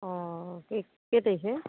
অঁ কেই তাৰিখে